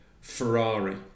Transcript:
Ferrari